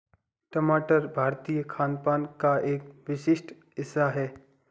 टमाटर भारतीय खानपान का एक विशिष्ट हिस्सा है